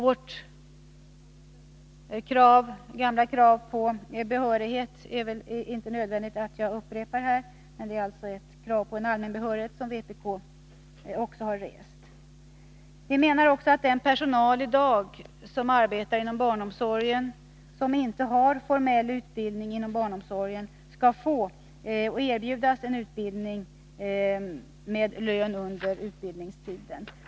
Vårt gamla krav på behörighet är inte nödvändigt för mig att upprepa här. Detta krav på allmän behörighet har vpk också väckt. Vi menar också att den personal som i dag arbetar inom barnomsorgen utan att ha formell utbildning skall erbjudas en utbildning med lön under utbildningstiden.